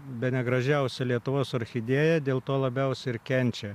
bene gražiausia lietuvos orchidėja dėl to labiausiai ir kenčia